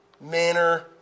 manner